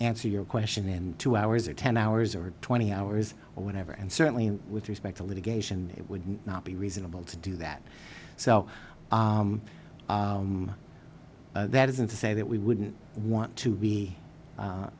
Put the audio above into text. answer your question in two hours or ten hours or twenty hours or whatever and certainly with respect to litigation it would not be reasonable to do that so that isn't to say that we wouldn't want to be